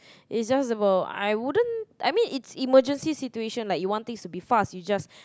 is just about I wouldn't I mean is emergency situation like you want things to be fast you just